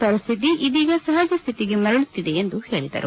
ಪರಿಶ್ವಿತಿ ಇದೀಗ ಸಹಜ ಶ್ವಿತಿಗೆ ಮರಳುತ್ತಿದೆ ಎಂದು ಹೇಳಿದರು